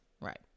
Right